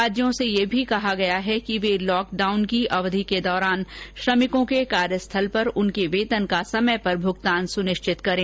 राज्यों से यह भी कहा गया है कि वे लॉक डाउन की अवधि के दौरान श्रमिकों के कार्यस्थल पर उनके वेतन का समय पर भुगतान सुनिश्चित करें